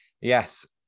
Yes